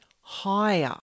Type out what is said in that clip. higher